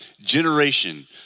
Generation